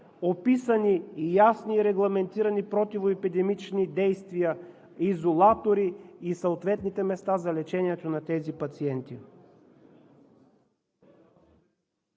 описани ясни и регламентирани противоепидемични действия, изолатори и съответните места за лечението на тези пациенти.